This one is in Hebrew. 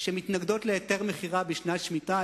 שמתנגדות להיתר מכירה בשנת שמיטה,